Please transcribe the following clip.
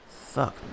Fuck